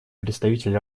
представитель